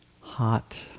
Hot